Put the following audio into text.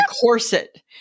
corset